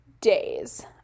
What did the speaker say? days